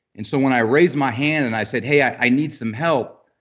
and so when i raise my hand and i said, hey, i need some help.